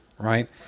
Right